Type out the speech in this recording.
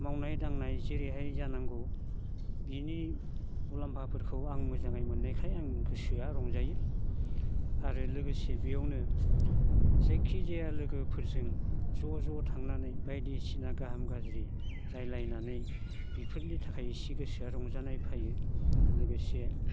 मावनाय दांनाय जेरैहाय जानांगौ बिनि मुलामफाफोरखौ आं मोजाङै मोननायखाय आंनि गोसोआ रंजायो आरो लोगोसे बेयावनो जायखिजाया लोगोफोरजों ज' ज' थांनानै बायदिसिना गाहाम गाज्रि रायज्लायनानै बेफोरनि थाखाय एसे गोसोआ रंजानाय फैयो लोगोसे